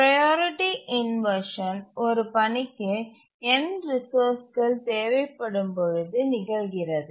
priority inversion ஒரு பணிக்கு n ரிசோர்ஸ்கள் தேவைப்படும் பொழுது நிகழ்கிறது